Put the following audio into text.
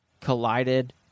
collided